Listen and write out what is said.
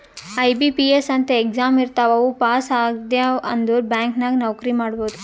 IBPS ಅಂತ್ exam ಇರ್ತಾವ್ ಅವು ಪಾಸ್ ಆದ್ಯವ್ ಅಂದುರ್ ಬ್ಯಾಂಕ್ ನಾಗ್ ನೌಕರಿ ಮಾಡ್ಬೋದ